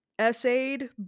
Essayed